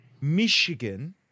Michigan